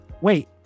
wait